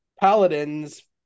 paladins